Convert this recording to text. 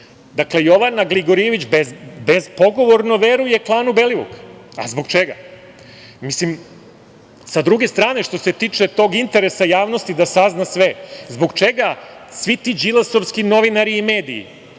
Dakle, Jovana Gligorijević bespogovorno veruje klanu Belivuk. Zbog čega?S druge strane, što se tiče tog interesa javnosti da sazna sve, zbog čega svi ti Đilasovski novinari i mediji